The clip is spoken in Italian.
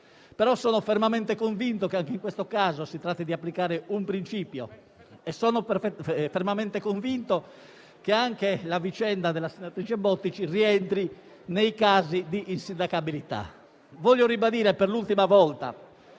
però sono fermamente convinto che anche in questo caso si tratti di applicare un principio e sono fermamente convinto che anche la vicenda della senatrice Bottici rientri nei casi di insindacabilità. Voglio ribadire per l'ultima volta